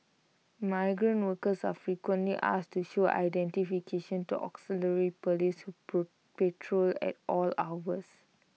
migrant workers are frequently asked to show identification to auxiliary Police patrol at all hours